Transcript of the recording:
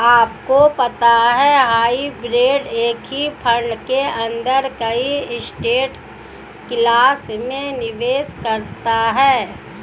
आपको पता है हाइब्रिड एक ही फंड के अंदर कई एसेट क्लास में निवेश करता है?